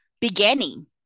beginning